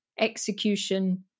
execution